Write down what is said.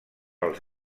els